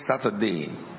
Saturday